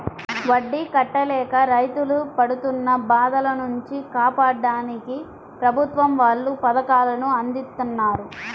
వడ్డీ కట్టలేక రైతులు పడుతున్న బాధల నుంచి కాపాడ్డానికి ప్రభుత్వం వాళ్ళు పథకాలను అందిత్తన్నారు